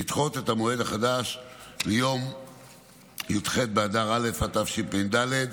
לדחות את המועד החדש ליום י"ח באדר א' התשפ"ד,